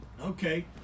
okay